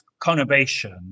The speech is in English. conurbation